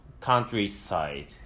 countryside